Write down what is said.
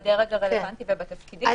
כלומר בדרג הרלוונטי ובתפקידים.